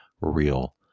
real